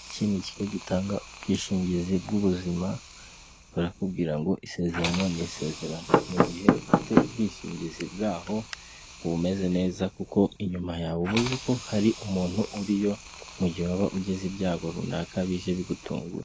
Iki ni kigo gitanga ubwishingizi bw'ubuzima, burakubwira ngo isezerano ni isezerano. Mu gihe ufite ubwishingizi bwaho, uba umeze neza, kuko inyuma yawe ubu uzi ko hari umuntu uriyo, mu gihe waba ugize ibyago runaka bije bigutunguye.